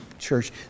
church